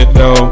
no